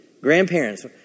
Grandparents